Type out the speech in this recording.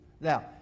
Now